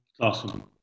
Awesome